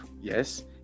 yes